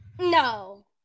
No